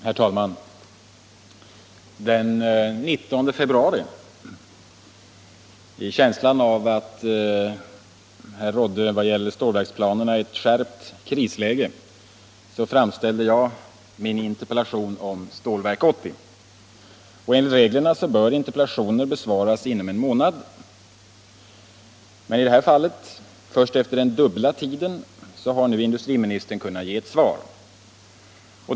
Herr talman! Den 19 februari, i känslan av att här rådde — i vad gällde stålverksplanerna — ett skärpt krisläge, framställde jag min interpellation om Stålverk 80. Enligt reglerna bör interpellationer besvaras inom en månad. Men i det här fallet har industriministern först efter den dubbla tiden nu kunnat ge ett svar.